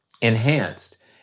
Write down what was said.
enhanced